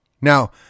Now